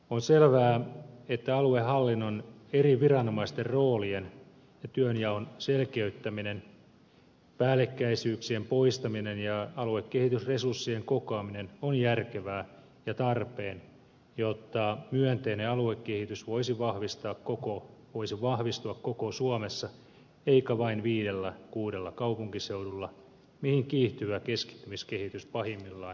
on selvää että aluehallinnon eri viranomaisten roolien ja työnjaon selkeyttäminen päällekkäisyyksien poistaminen ja aluekehitysresurssien kokoaminen on järkevää ja tarpeen jotta myönteinen aluekehitys voisi vahvistua koko suomessa eikä vain viidellä kuudella kaupunkiseudulla mihin kiihtyvä keskittymiskehitys pahimmillaan voisi johtaa